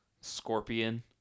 Scorpion